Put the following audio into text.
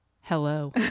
hello